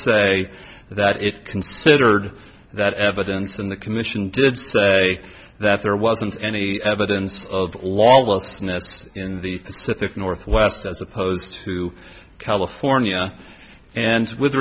say that it considered that evidence in the commission did say that there wasn't any evidence of lawlessness in the pacific northwest as opposed to california and with